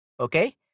Okay